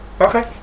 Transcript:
Okay